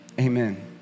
Amen